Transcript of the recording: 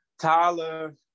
Tyler